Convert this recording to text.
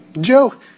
Joe